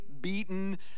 beaten